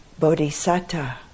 Bodhisatta